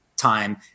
time